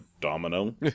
Domino